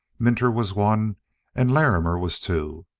minter was one and larrimer was two.